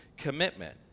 commitment